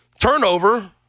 Turnover